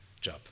job